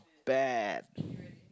bad